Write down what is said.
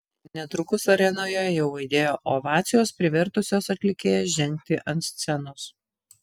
netrukus arenoje jau aidėjo ovacijos privertusios atlikėją žengti ant scenos